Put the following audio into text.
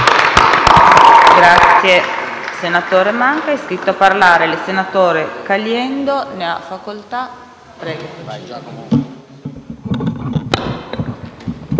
Grazie.